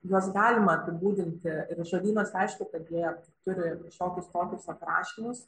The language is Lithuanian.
juos galima apibūdinti ir žodynuose aišku kad jie turi šiokius tokius aprašymus